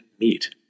meat